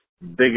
biggest